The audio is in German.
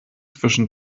zwischen